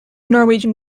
norwegian